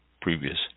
previous